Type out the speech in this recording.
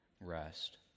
rest